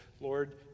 Lord